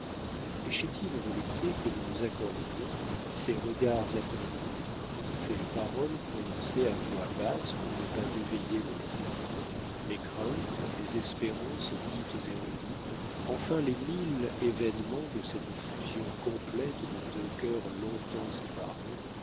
les chétives voluptés que nous nous accordions ces regards attendris ces paroles prononcées à voix basse pour ne pas éveiller le comte les craintes les espérances dites et redites enfin les mille événements de cette fusion complète de deux cœurs longtemps séparés